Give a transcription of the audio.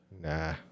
nah